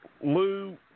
Lou